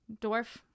Dwarf